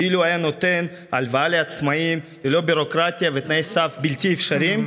אילו היה נותן הלוואה לעצמאים ולא ביורוקרטיה ותנאי סף בלתי אפשריים,